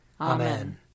Amen